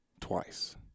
twice